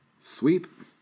Sweep